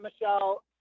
michelle